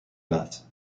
baths